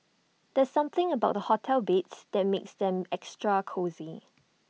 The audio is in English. there's something about hotel beds that makes them extra cosy